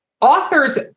authors